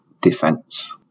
defense